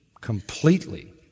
completely